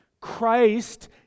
Christ